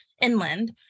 inland